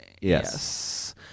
Yes